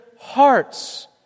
hearts